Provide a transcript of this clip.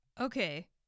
Okay